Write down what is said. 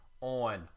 on